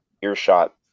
earshot